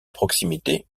proximité